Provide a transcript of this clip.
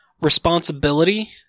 responsibility